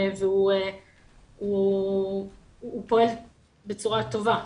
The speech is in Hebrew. והוא פועל בצורה טובה.